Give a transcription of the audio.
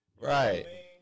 Right